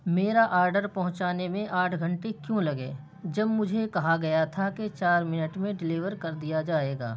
میرا آرڈر پہنچانے میں آٹھ گھنٹے کیوں لگے جب مجھے کہا گیا تھا کہ چار منٹ میں ڈیلیور کر دیا جائے گا